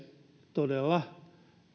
todella